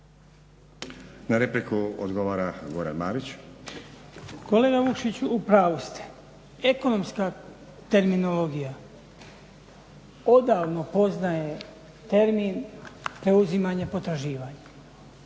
Marić. **Marić, Goran (HDZ)** Kolega Vukšić, u pravu ste. Ekonomska terminologija odavno poznaje termin … potraživanja,